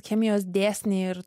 chemijos dėsniai ir